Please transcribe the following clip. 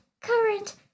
current